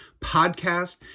podcast